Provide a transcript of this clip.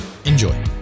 Enjoy